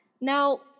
Now